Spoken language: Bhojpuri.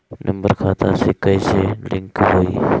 नम्बर खाता से कईसे लिंक होई?